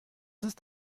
ist